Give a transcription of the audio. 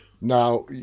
Now